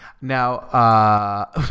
Now